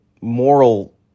moral